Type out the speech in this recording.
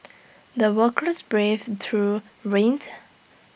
the workers braved through rained